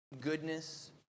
goodness